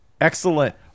excellent